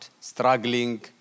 struggling